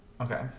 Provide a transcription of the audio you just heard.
okay